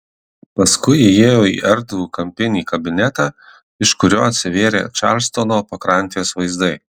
paskui įėjo į erdvų kampinį kabinetą iš kurio atsivėrė čarlstono pakrantės vaizdai